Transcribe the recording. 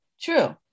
True